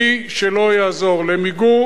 מי שלא יעזור במיגור